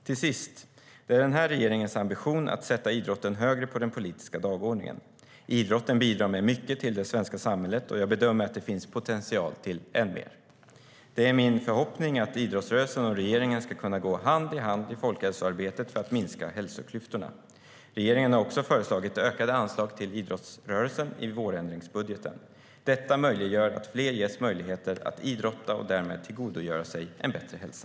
Till sist: Det är den här regeringens ambition att sätta idrotten högre på den politiska dagordningen. Idrotten bidrar med mycket till det svenska samhället, och jag bedömer att det finns potential till än mer. Det är min förhoppning att idrottsrörelsen och regeringen ska kunna gå hand i hand i folkhälsoarbetet för att minska hälsoklyftorna. Regeringen har också i vårändringsbudgeten föreslagit ökade anslag till idrottsrörelsen. Detta möjliggör att fler ges möjlighet att idrotta och därmed tillgodogöra sig en bättre hälsa.